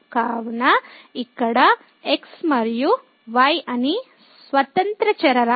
కావున ఇక్కడ x మరియు y అవి స్వతంత్ర చరరాశి